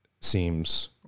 seems